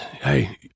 Hey